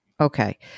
Okay